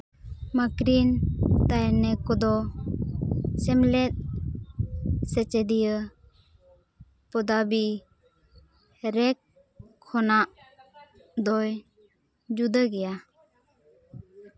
ᱢᱟᱛᱨᱤᱱ ᱛᱟᱭᱱᱮᱠ ᱠᱚᱫᱚ ᱥᱮᱢᱞᱮᱫ ᱥᱮᱪᱮᱫᱤᱭᱟᱹ ᱯᱚᱫᱟᱵᱤ ᱨᱮᱠ ᱠᱷᱚᱱᱟᱜ ᱫᱚᱭ ᱡᱩᱫᱟᱹ ᱜᱮᱭᱟ